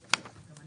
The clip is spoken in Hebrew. בוא